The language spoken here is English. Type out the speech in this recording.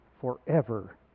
forever